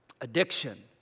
addiction